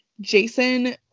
jason